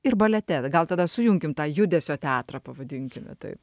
ir balete gal tada sujunkim tą judesio teatrą pavadinkime taip